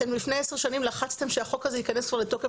אתם לפני 10 שנים לחצתם שהחוק הזה ייכנס כבר לתוקף